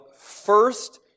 first